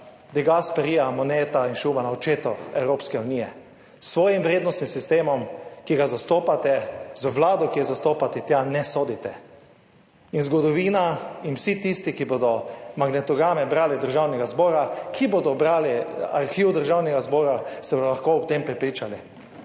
De Gasperija, Monneta in Schumana, očetu Evropske unije s svojim vrednostnim sistemom, ki ga zastopate, z Vlado, ki jo zastopati, tja ne sodite. In zgodovina in vsi tisti, ki bodo magnetograme brali, Državnega zbora, ki bodo brali arhiv Državnega zbora, se bodo lahko o tem prepričali.